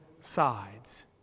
sides